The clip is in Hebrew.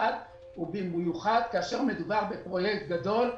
במיוחד כאשר מדובר בפרויקט גדול,